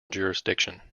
jurisdiction